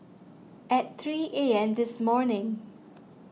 at three A M this morning